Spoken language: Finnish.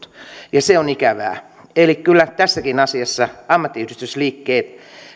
ja se on ikävää kyllä tässäkin asiassa ammattiyhdistysliikkeen